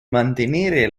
mantenere